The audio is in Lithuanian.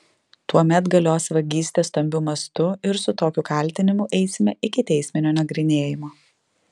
tuomet galios vagystė stambiu mastu ir su tokiu kaltinimu eisime iki teisminio nagrinėjimo